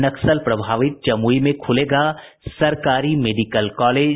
नक्सल प्रभावित जमुई में खुलेगा सरकारी मेडिकल कॉलेज